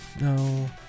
No